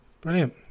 Brilliant